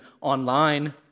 online